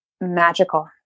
magical